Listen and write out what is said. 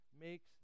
makes